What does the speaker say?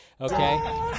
okay